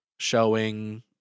showing